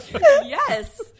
yes